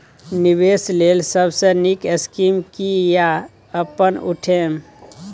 निवेश लेल सबसे नींक स्कीम की या अपन उठैम?